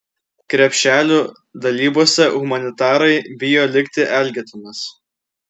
krepšelių dalybose humanitarai bijo likti elgetomis